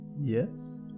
Yes